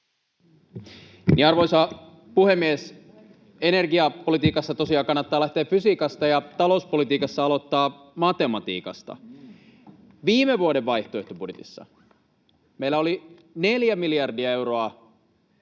Arvoisa puhemies! Energiapolitiikassa tosiaan kannattaa lähteä fysiikasta ja talouspolitiikassa aloittaa matematiikasta. Viime vuoden vaihtoehtobudjetissa meillä oli neljä miljardia euroa